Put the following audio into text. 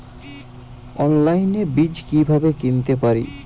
অনলাইনে বীজ কীভাবে কিনতে পারি?